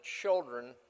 children